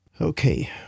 Okay